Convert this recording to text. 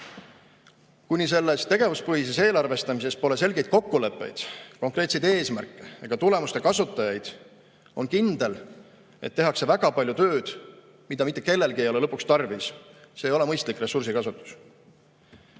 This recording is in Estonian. Kuni tegevuspõhises eelarvestamises pole selgeid kokkuleppeid, konkreetseid eesmärke ega tulemuste kasutajaid, on kindel, et tehakse väga palju tööd, mida mitte kellelegi ei ole lõpuks tarvis. See ei ole mõistlik ressursikasutus.